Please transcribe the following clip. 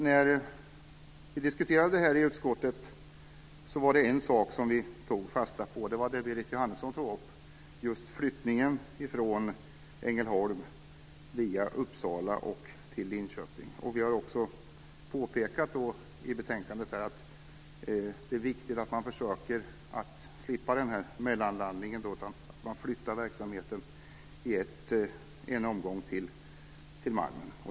När vi diskuterade frågan i utskottet tog vi fasta på en sak. Det var det som Berit Jóhannesson tog upp - flyttningen från Ängelholm via Uppsala till Linköping. Vi har också påpekat i betänkandet att det är viktigt att man försöker slippa mellanlandningen och därför flyttar verksamheten direkt till Malmen.